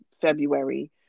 February